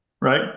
right